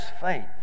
faith